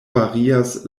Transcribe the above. varias